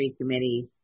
committee